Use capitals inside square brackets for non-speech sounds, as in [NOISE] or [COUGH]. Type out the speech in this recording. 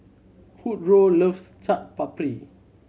[UNINTELLIGIBLE] loves Chaat Papri